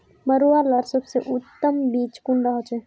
मरुआ लार सबसे उत्तम बीज कुंडा होचए?